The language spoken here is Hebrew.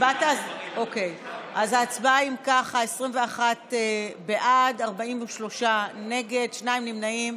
אוקיי, אם כך, 21 בעד, 43 נגד, שני נמנעים,